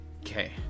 Okay